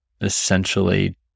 essentially